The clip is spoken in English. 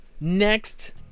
Next